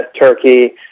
Turkey